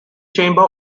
chamber